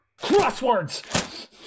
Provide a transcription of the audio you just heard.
crosswords